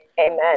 Amen